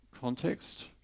context